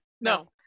No